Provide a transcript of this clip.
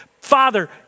Father